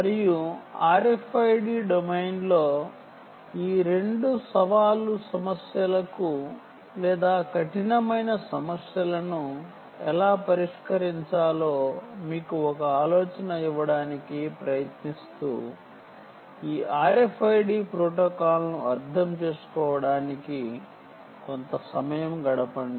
మరియు RFID డొమైన్లో ఈ 2 కఠినమైన సమస్యలను ఎలా పరిష్కరించాలో మీకు ఒక ఆలోచన ఇవ్వడానికి ప్రయత్నిస్తూ ఈ RFID ప్రోటోకాల్ను అర్థం చేసుకోవడానికి కొంత సమయం గడపండి